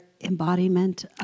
embodiment